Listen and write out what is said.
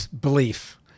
belief